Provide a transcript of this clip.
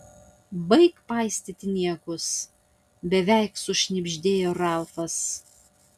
baik paistyti niekus beveik sušnibždėjo ralfas